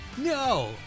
No